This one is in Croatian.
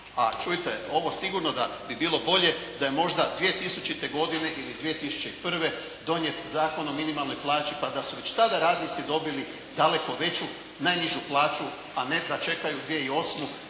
A čujte ovo sigurno da bi bilo bolje da je možda 2000. godine ili 2001. donijet Zakon o minimalnoj plaći pa da su već tada radnici dobili daleko veću najnižu plaću a ne da čekaju 2008.